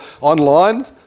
online